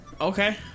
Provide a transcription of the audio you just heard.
Okay